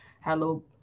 Hello